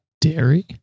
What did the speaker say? Dairy